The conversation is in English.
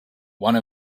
one